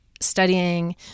studying